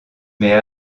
mais